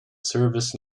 service